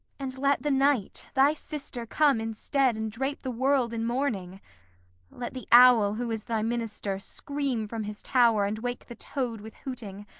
and let the night, thy sister, come instead, and drape the world in mourning let the owl, who is thy minister, scream from his tower and wake the toad with hooting,